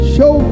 Show